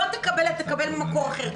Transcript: לא תקבל או תקבל ממקור אחר.